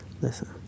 listen